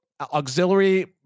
auxiliary